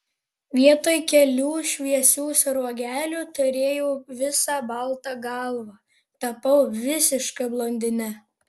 vietoj kelių šviesių sruogelių turėjau visą baltą galvą tapau visiška blondine